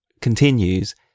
continues